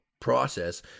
process